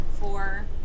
four